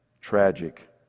tragic